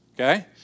Okay